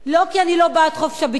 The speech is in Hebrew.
לא כי אני לא בעד חופש הביטוי.